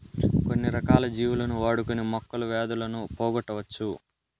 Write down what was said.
కొన్ని రకాల జీవులను వాడుకొని మొక్కలు వ్యాధులను పోగొట్టవచ్చు